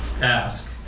ask